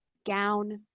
gown,